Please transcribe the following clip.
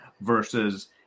versus